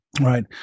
Right